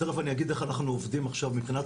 תכף אני אגיד איך אנחנו עובדים עכשיו מבחינת